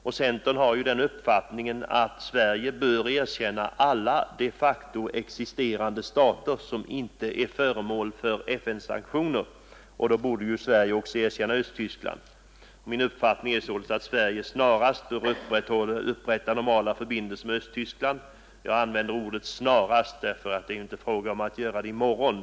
Centern har den uppfattningen att Sverige bör erkänna alla de facto existerande stater som inte är föremål för FN-sanktioner, och enligt vår uppfattning bör Sverige erkänna också Östtyskland. Min uppfattning är således att Sverige snarast bör upprätta normala förbindelser med Östtyskland. Jag använder ordet ”snarast”, eftersom det ju inte är fråga om att göra det i morgon.